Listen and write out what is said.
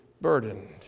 burdened